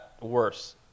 worse